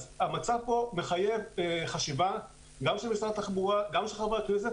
אז המצב פה מחייב חשיבה גם של משרד התחבורה וגם של חברי הכנסת,